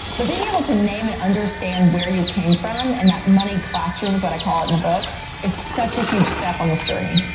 but being able to name and understand where you came from and that money classroom is what i call it in the book is such a huge step on this journey.